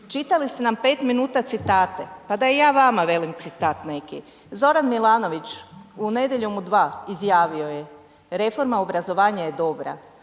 Čitali ste nam 5 minuta citate, pa da i ja vama velim citat neki. Zoran Milanović u „Nedjeljom u 2“, izjavio je: „Reforma obrazovanja je dobra“